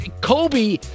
Kobe